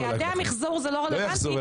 אז יעדי המחזור זה לא רלוונטי.